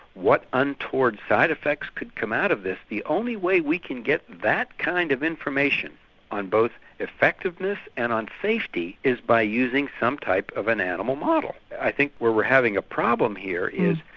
what untoward side-effects could come out of this the only way we can get that kind of information on both effectiveness and on safety is by using some type of an animal model. i think where we're having a problem here is,